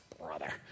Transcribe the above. brother